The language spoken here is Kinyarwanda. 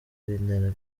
bintera